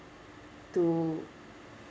to